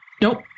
Nope